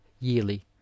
yearly